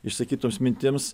išsakytoms mintims